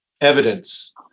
evidence